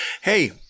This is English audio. Hey